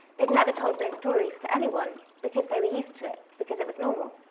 they'd never told those stories to anyone. because they were used to it, because it was normal.